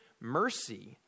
mercy